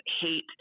hate